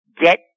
Get